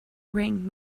ring